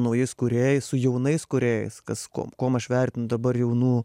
naujais kūrėjais su jaunais kūrėjais kas kuo kuom aš vertinu dabar jaunų